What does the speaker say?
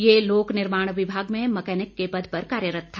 ये लोक निर्माण विभाग में मकैनिक के पद पर कार्यरत था